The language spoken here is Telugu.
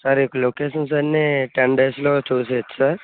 సార్ ఈ యొక్క లొకేషన్స్ అన్నీ టెన్ డేస్లో చూసేయొచ్చా సార్